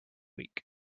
week